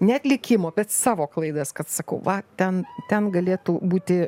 ne atlikimo bet savo klaidas kad sakau va ten ten galėtų būti